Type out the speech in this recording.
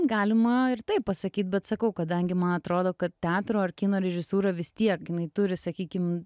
galima ir taip pasakyt bet sakau kadangi man atrodo kad teatro ar kino režisūra vis tiek jinai turi sakykim